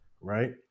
right